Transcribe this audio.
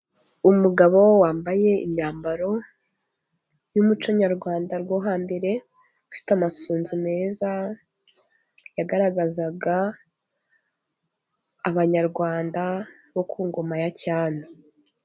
Umugabo wambaye imyambaro y'umuco nyarwanda rwo hambere, ufite amasunzu meza, yagaragazaga abanyarwanda bo ku ngoma ya cyami.